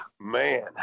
Man